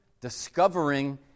discovering